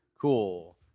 Cool